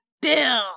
Bill